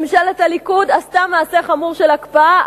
ממשלת הליכוד עשתה מעשה חמור של הקפאה,